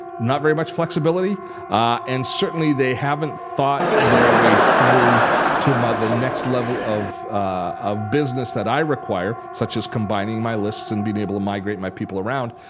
not really much flexibility and certainly they haven't thought their way through to the next level of of business that i require such as combining my lists and being able to migrate my people around.